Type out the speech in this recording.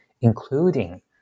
including